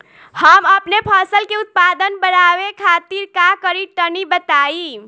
हम अपने फसल के उत्पादन बड़ावे खातिर का करी टनी बताई?